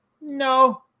No